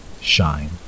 shine